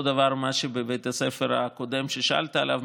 דבר שעשו בבית הספר הקודם ששאלת עליו,